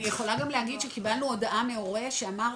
אני יכולה גם להגיד שקיבלנו הודעה מהורה שאמר,